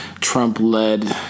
Trump-led